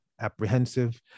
apprehensive